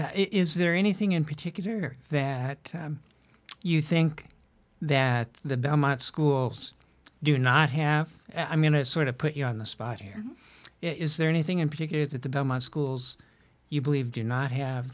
you is there anything in particular that you think that the belmont schools do not have i mean to sort of put you on the spot here is there anything in particular that the belmont schools you believe do not have